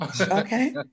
Okay